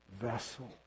vessel